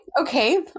Okay